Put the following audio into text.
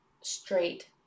straight